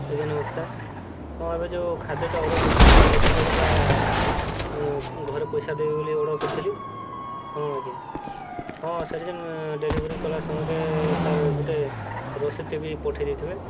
ଆଜ୍ଞା ନମସ୍କାର ହଁ ଏବେ ଯେଉଁ ଖାଦ୍ୟଟା ଅର୍ଡ଼ର କରିଥିଲି ଯେନ୍ ଡେଲିଭରି କରିଦାଟା ଘରେ ପଇସା ଦେବି ବୋଲି ଅର୍ଡ଼ର କରିଥିଲି ହଁ ଆଜ୍ଞା ହଁ ସେଠି ଯେନ୍ ଡେଲିଭରି କଲା ସମୟରେ ତାର ଗୁଟେ ରସିଦ୍ ବି ପଠେଇ ଦେଇଥିବେ